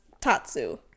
tatsu